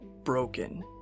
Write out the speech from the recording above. broken